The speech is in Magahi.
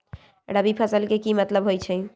रबी फसल के की मतलब होई छई?